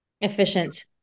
Efficient